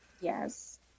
Yes